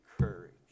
courage